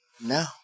No